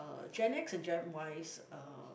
uh gen X and gen Ys uh